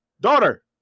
daughter